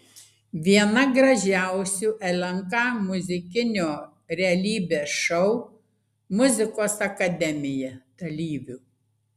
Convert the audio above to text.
viena gražiausių lnk muzikinio realybės šou muzikos akademija dalyvių